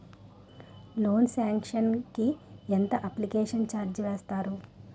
Loan sanction కి ఎంత application charge వేస్తారు?